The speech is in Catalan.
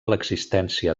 l’existència